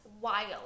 wild